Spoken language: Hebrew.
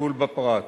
וטיפול בפרט.